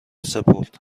سپرد